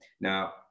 Now